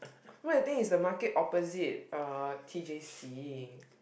where you think is the market opposite uh T_J_C